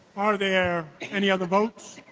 are there any other votes?